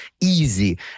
easy